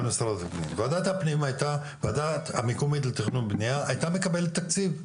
הועדה המקומית לתכנון ובנייה הייתה מקבלת תקציב,